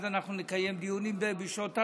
אז אנחנו נקיים דיונים בשעות הלילה.